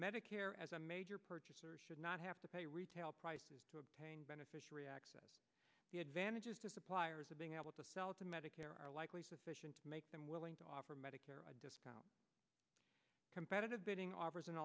medicare as a major purchaser should not have to pay retail prices to obtain beneficiary access the advantages to suppliers of being able to sell to medicare are likely sufficient to make them willing to offer medicare competitive bidding offers an